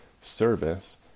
service